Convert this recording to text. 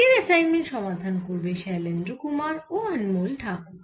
আজকের অ্যাসাইনমেন্ট সমাধান করবে শৈলেন্দ্র কুমার ও অনমোল ঠাকুর